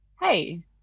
hey